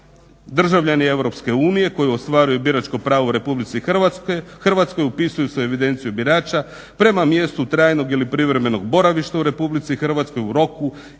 "Državljani Europske unije koji ostvaruju biračko pravo u Republici Hrvatskoj upisuju se u evidenciju brača prema mjestu trajnog ili privremenog boravišta u Republici Hrvatskoj u roku i uz